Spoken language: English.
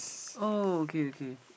oh okay okay